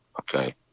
Okay